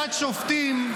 פרשת שופטים.